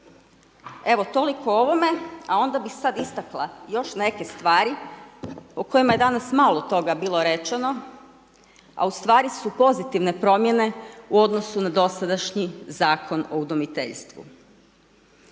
Evo, toliko o ovome, a onda bi sada istakla još neke stvari o kojima je danas malo toga bilo rečeno, a u stvari su pozitivne promjene u odnosu na dosadašnji Zakon o udomiteljstvu.